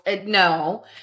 No